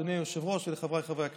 אדוני היושב-ראש וחבריי חברי הכנסת.